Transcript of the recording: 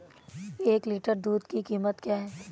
एक लीटर दूध की कीमत क्या है?